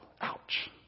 ouch